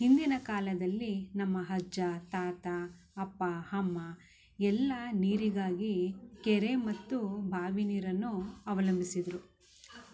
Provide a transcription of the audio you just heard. ಹಿಂದಿನ ಕಾಲದಲ್ಲಿ ನಮ್ಮ ಅಜ್ಜ ತಾತ ಅಪ್ಪ ಅಮ್ಮ ಎಲ್ಲ ನೀರಿಗಾಗಿ ಕೆರೆ ಮತ್ತು ಬಾವಿ ನೀರನ್ನು ಅವಲಂಬಿಸಿದ್ದರು